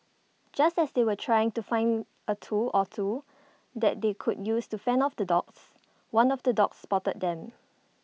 just as they were trying to find A tool or two that they could use to fend off the dogs one of the dogs spotted them